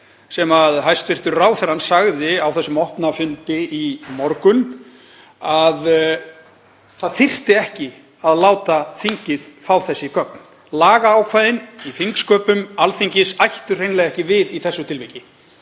sem hæstv. ráðherra sagði á þessum opna fundi í morgun að það þyrfti ekki að láta þingið fá þessi gögn. Lagaákvæðin í þingsköpum Alþingis ættu hreinlega ekki við í þessu tilviki.